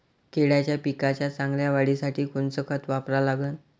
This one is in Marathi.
केळाच्या पिकाच्या चांगल्या वाढीसाठी कोनचं खत वापरा लागन?